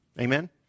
Amen